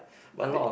but they